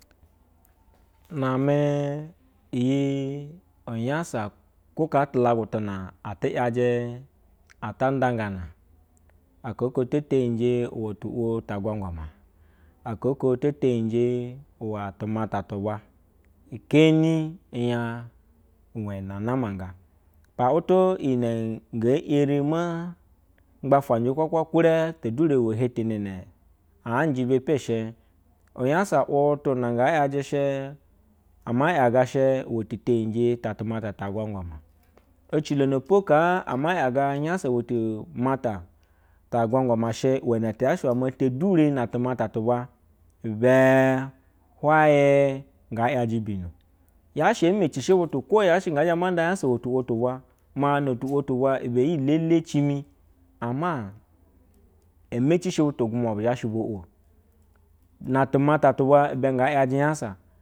Na ame iyi unyasa ko kaa tulagu tuna atu yaje ata nda gana aka oho te yije uwe tuwo ta ngwagwama, aka note teriji uwa tunata tubwa iheini uyan we ne namanga potutu iyi nenge. Erima gbataje lewakwa hure mehetani anje ba peshe uriya sa umutu na nga yaje ishe amashe me te teja t mata ta tumata ta ngwa nama, ama yaga nyasa we tu mata ta agwagwa ba she uwa ibe huluge ngayaje bino, yashe emeci shi butu ho nga zama nda nyosa tu wo tu bwa notʊwa tuba iyi lele cimi, ama emeci shi butu gumaka obuzhe bo’o o na mata rubwa ibe nge yaje unyasa.